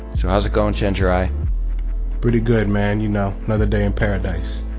so how's it going, chenjerai? pretty good, man. you know another day in paradise.